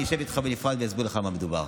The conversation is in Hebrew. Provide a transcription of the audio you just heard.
ואני אשב איתך בנפרד ואסביר לך במה מדובר.